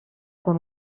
con